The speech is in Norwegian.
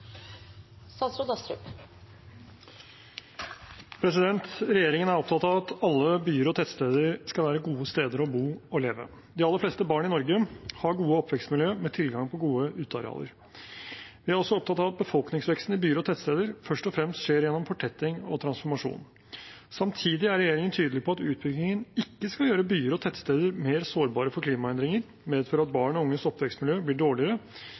opptatt av at alle byer og tettsteder skal være gode steder å bo og leve i. De aller fleste barn i Norge har gode oppvekstmiljøer, med tilgang på gode utearealer. Vi er også opptatt av at befolkningsveksten i byer og tettsteder først og fremst skjer gjennom fortetting og transformasjon. Samtidig er regjeringen tydelig på at utbyggingen ikke skal gjøre byer og tettsteder mer sårbare for klimaendringer, medføre at barn og unges oppvekstmiljø blir dårligere,